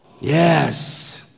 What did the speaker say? Yes